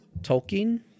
Tolkien